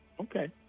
Okay